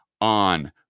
on